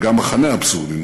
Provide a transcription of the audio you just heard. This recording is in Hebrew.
וגם מחנה אבסורדי,